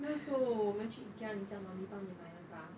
那时候我们去 Ikea 你叫 mummy 帮你买的啊那个